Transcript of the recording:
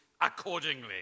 accordingly